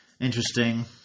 Interesting